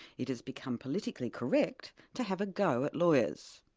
it has become politically correct to have a go at lawyers.